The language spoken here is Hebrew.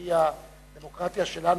על-פי הדמוקרטיה שלנו,